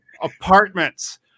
apartments